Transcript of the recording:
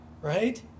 right